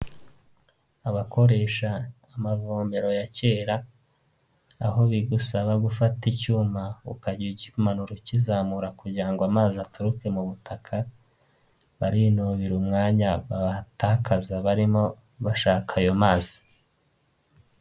Abakoresha amavomero ya kera, aho bigusaba gufata icyuma ukajya ukimanuro ukizamura kugira ngo amazi aturuke mu butaka, barinubira umwanya bahatakaza barimo bashaka ayo mazi.